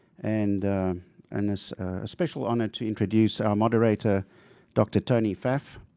and and it's a special honor to introduce our moderator doctor tony pfaff.